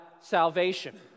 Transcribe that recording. salvation